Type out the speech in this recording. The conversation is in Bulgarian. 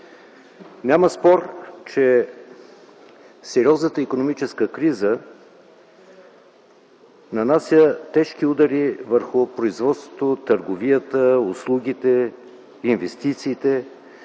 няма спор, че сериозната икономическа криза нанася тежки удари върху производството, търговията, услугите, инвестициите,